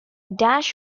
dash